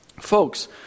Folks